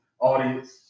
audience